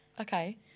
Okay